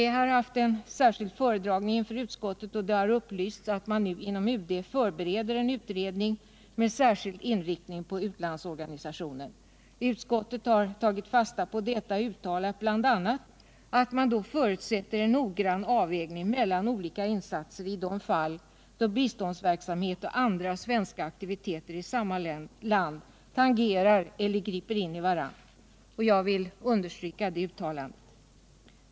Vid särskild föredragning inför utskottet har det upplysts om att man inom UD nu förbereder en utredning med särskild inriktning på utlandsorganisationen. Utskottet har tagit fasta på detta och uttalar bl.a. att man då förutsätter en noggrann avvägning mellan olika insatser i de fall då Nr 97 biståndsverksamhet och andra svenska aktiviteter i samma land tangerar eller griper in i varandra. Jag vill understryka det uttalandet.